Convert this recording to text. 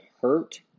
Hurt